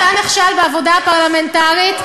אתה נכשל בעבודה הפרלמנטרית,